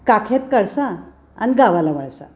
काखेत कळसा आणि गावाला वळसा